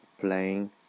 playing